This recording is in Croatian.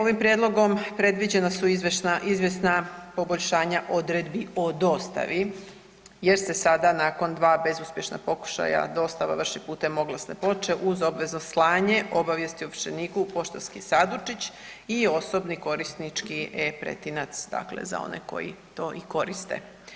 Ovim prijedlogom predviđena su izvjesna poboljšanja odredbi o dostavi jer se sada nakon dva bezuspješna pokušaja, dostava vršni putem oglasne ploče uz obvezno slanje obavijesti ovršeniku u poštanski sandučić i osobni korisnički e-pretinac, dakle za one koji to i koriste.